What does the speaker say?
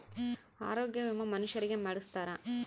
ಆರೊಗ್ಯ ವಿಮೆ ಮನುಷರಿಗೇ ಮಾಡ್ಸ್ತಾರ